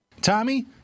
Tommy